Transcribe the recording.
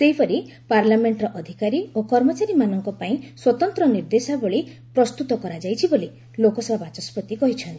ସେହିପରି ପାର୍ଲାମେଣ୍ଟର ଅଧିକାରୀ ଓ କର୍ମଚାରୀମାନଙ୍କ ପାଇଁ ସ୍ୱତନ୍ତ୍ର ନିର୍ଦ୍ଦେଶାବଳୀ ପ୍ରସ୍ତୁତ କରାଯାଇଛି ବୋଲି ଲୋକସଭା ବାଚସ୍କତି କହିଚ୍ଛନ୍ତି